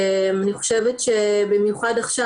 אני חושבת שבמיוחד עכשיו,